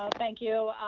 um thank you.